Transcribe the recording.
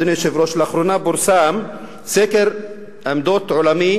אדוני היושב-ראש, לאחרונה פורסם סקר מקיף של ה-BBC